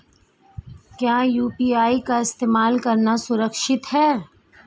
क्या यू.पी.आई का इस्तेमाल करना सुरक्षित है?